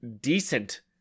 decent